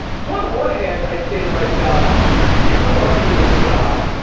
so on the one hand i say to myself you are being a snob.